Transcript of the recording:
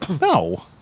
No